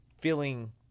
feeling